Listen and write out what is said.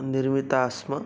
निर्मिता स्म